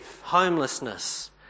homelessness